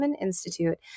Institute